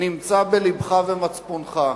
נמצא בלבך ומצפונך.